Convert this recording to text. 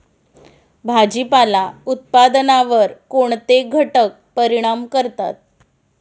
भाजीपाला उत्पादनावर कोणते घटक परिणाम करतात?